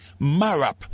Marab